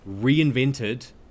reinvented